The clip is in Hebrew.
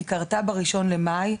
היא קרתה ב-1 במאי.